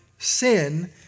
Sin